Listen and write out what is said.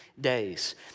days